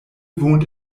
wohnt